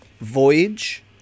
Voyage